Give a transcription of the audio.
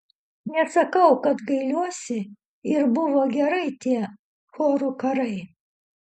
nesakau kad gailiuosi ir buvo gerai tie chorų karai